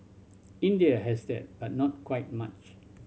India has that but not quite much